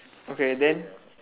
okay then